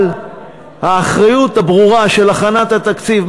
אבל האחריות הברורה של הכנת התקציב,